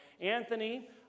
Anthony